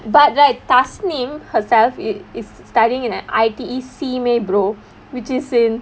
but like thasnee herself is is studying in I_T_E simei brother which is in